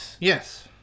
Yes